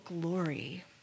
glory